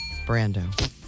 Brando